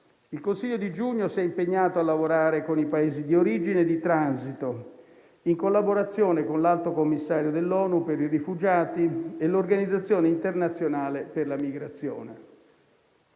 Il Consiglio di giugno si è impegnato a lavorare con i Paesi di origine e di transito, in collaborazione con l'Alto commissario dell'ONU per i rifugiati e l'Organizzazione internazionale per la migrazione.